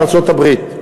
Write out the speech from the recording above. בארצות-הברית.